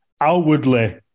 outwardly